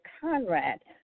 Conrad